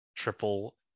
Triple